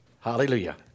Hallelujah